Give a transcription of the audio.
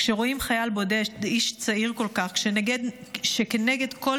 כשרואים חייל בודד ואיש צעיר כל כך שכנגד כל